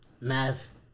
math